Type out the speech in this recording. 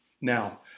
Now